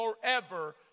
forever